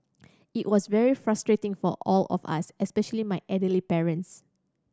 it was very frustrating for all of us especially my elderly parents